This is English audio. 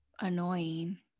annoying